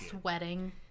sweating